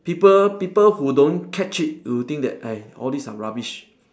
people people who don't catch it will think that all this are rubbish